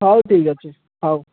ହଉ ଠିକ୍ ଅଛି ହଉ